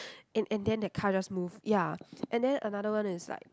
and and then the car just move ya and then another one is like